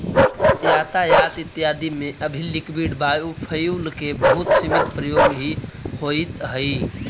यातायात इत्यादि में अभी लिक्विड बायोफ्यूल के बहुत सीमित प्रयोग ही होइत हई